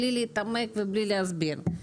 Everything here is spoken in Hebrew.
בלי להתעמק ובלי להסביר.